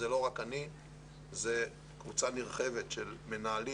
זה לא רק אני אלא זו קבוצה מורחבת של מנהלים,